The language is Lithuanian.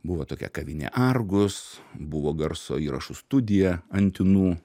buvo tokia kavinė argus buvo garso įrašų studija antinų